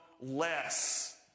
less